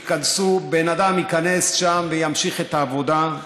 בן אדם ייכנס לשם וימשיך את העבודה.